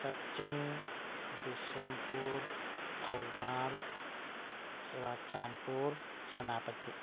Kakching Bishnupur Thoubal Churachandpur Senapati